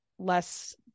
less